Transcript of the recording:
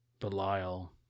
Belial